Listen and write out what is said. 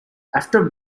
after